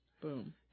boom